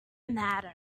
matter